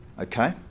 okay